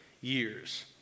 years